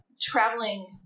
traveling